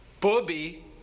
Bobby